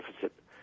deficit